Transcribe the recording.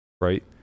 right